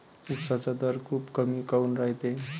उसाचा दर खूप कमी काऊन रायते?